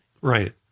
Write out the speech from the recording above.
Right